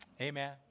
Amen